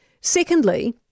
Secondly